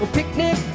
picnic